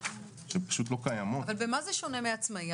שהן פשוט לא קיימות --- אבל במה זה שונה מעצמאי?